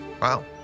Wow